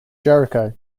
jericho